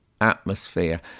atmosphere